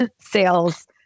sales